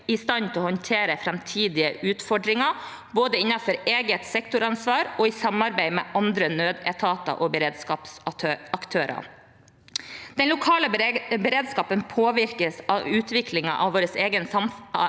i stand til å håndtere framtidige utfordringer både innenfor eget sektoransvar og i samarbeid med andre nødetater og beredskapsaktører. Den lokale beredskapen påvirkes av utviklingen av vårt eget